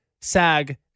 Sag